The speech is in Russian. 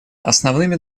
основными